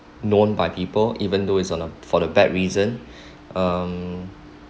known by people even though is on a for the bad reason um